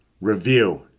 Review